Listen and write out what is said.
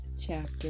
chapter